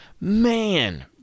Man